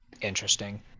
interesting